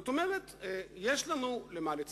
זאת אומרת, יש לנו למה לצפות,